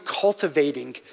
cultivating